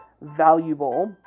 valuable